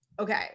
okay